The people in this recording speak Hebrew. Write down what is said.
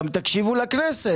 גם תקשיבו לכנסת.